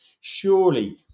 Surely